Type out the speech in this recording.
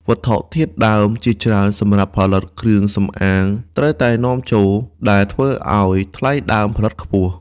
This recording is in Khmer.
វត្ថុធាតុដើមជាច្រើនសម្រាប់ផលិតគ្រឿងសម្អាងត្រូវតែនាំចូល ដែលធ្វើឱ្យថ្លៃដើមផលិតខ្ពស់។